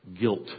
guilt